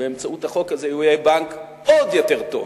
באמצעות החוק הזה, הוא יהיה בנק עוד יותר טוב.